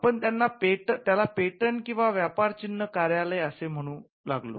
आपण त्याला पेटंट आणि व्यापार चिन्ह कार्यालय असे म्हणू लागलो